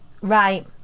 Right